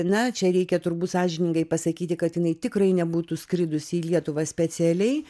na čia reikia turbūt sąžiningai pasakyti kad jinai tikrai nebūtų skridusi į lietuvą specialiai